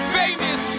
famous